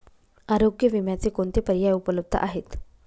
आरोग्य विम्याचे कोणते पर्याय उपलब्ध आहेत?